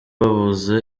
babuze